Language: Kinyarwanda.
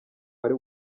wari